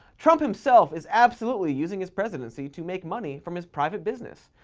trump himself is absolutely using his presidency to make money from his private business,